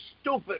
stupid